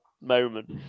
moment